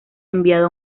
enviado